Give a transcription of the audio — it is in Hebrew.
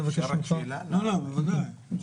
בוודאי.